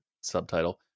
subtitle